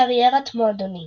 קריירת מועדונים